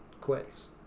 quits